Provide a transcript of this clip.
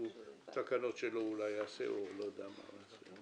אולי בתקנות שלו הוא יעשה או לא יודע מה יעשה.